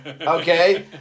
Okay